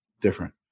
different